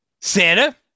Santa